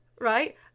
right